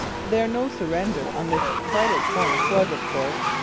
their no surrender on this vital point was, of course,